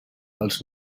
els